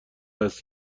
است